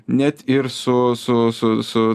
net ir su su su su